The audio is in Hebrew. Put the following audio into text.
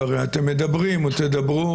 והרי אתם מדברים או תדברו,